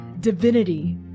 divinity